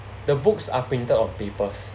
the books are printed on papers